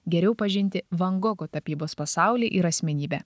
geriau pažinti van gogo tapybos pasaulį ir asmenybę